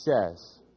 says